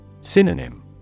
Synonym